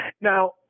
Now